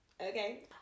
Okay